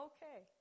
Okay